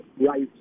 right